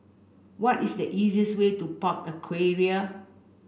what is the easiest way to Park Aquaria